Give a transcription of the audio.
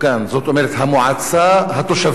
זאת אומרת: "המועצה התושבים".